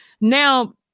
Now